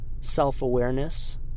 self-awareness